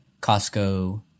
Costco